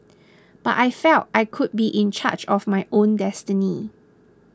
but I felt I could be in charge of my own destiny